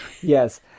Yes